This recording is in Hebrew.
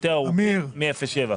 במרחקים יותר ארוכים מאפס עד שבעה.